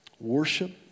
Worship